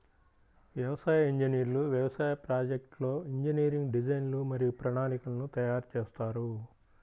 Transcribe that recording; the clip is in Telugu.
వ్యవసాయ ఇంజనీర్లు వ్యవసాయ ప్రాజెక్ట్లో ఇంజనీరింగ్ డిజైన్లు మరియు ప్రణాళికలను తయారు చేస్తారు